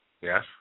Yes